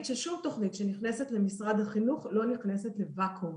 ששום תוכנית שנכנסת למשרד החינוך לא נכנסת לוואקום,